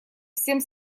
всем